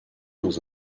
dans